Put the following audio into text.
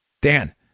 Dan